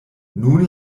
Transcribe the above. nun